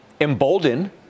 embolden